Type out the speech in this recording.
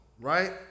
Right